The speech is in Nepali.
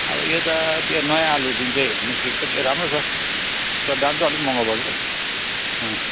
अब यो त त्यो नयाँ आलु जुन चाहिँ निस्किएको छ त्यो राम्रो छ तर दाम चाहिँ अलिक महँगो पर्छ है अँ